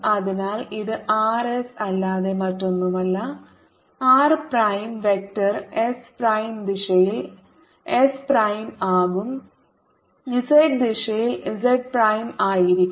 അതിനാൽ ഇത് r s അല്ലാതെ മറ്റൊന്നുമല്ല r prime vector s prime ദിശയിൽ s പ്രൈം ആകും z ദിശയിൽ z പ്രൈം ആയിരിക്കും